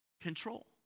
control